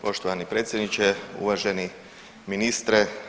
Poštovani predsjedniče, uvaženi ministre.